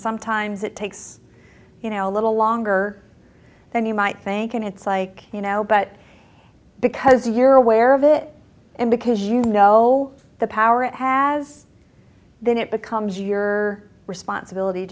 sometimes it takes you know a little longer than you might think and it's like you know but because you're aware of it and because you know the power it has then it becomes your responsibility